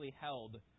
held